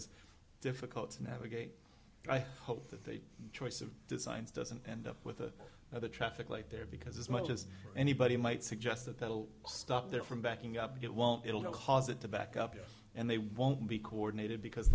it's difficult to navigate and i hope that the choice of designs doesn't end up with the traffic light there because as much as anybody might suggest that that'll stop there from backing up get won't it'll cause it to back up and they won't be coordinated because